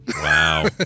Wow